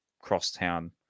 crosstown